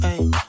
hey